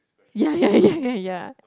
ya ya ya ya ya